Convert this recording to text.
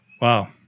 Wow